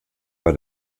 bei